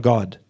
God